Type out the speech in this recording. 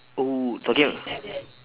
oh talking a~